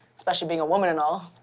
especially being a woman and all.